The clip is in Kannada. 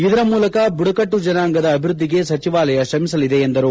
ಇದರ ಮೂಲಕ ಬುಟ್ವಕಟ್ಟು ಜನಾಂಗದ ಅಭಿವೃದ್ದಿಗೆ ಸಚಿವಾಲಯ ಶ್ರಮಿಸಲಿದೆ ಎಂದರು